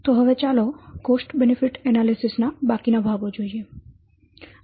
તો હવે ચાલો કોસ્ટ બેનિફીટ એનાલિસીસ ના બાકીના ભાગો જોઈએ